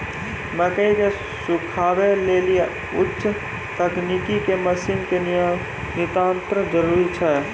मकई के सुखावे लेली उच्च तकनीक के मसीन के नितांत जरूरी छैय?